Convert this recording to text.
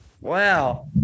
Wow